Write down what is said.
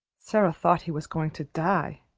sara thought he was going to die.